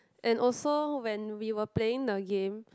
and also when we were playing the game